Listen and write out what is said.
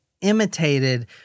imitated